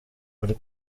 uri